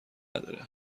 نداره